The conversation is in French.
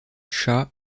shah